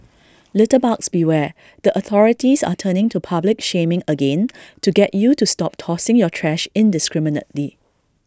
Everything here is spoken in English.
litterbugs beware the authorities are turning to public shaming again to get you to stop tossing your trash indiscriminately